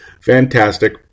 fantastic